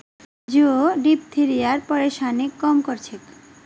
जौ डिप्थिरियार परेशानीक कम कर छेक